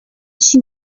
she